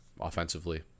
offensively